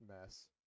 mess